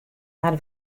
har